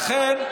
לכן,